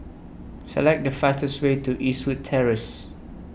Select The fastest Way to Eastwood Terrace